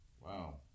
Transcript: Wow